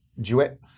Duet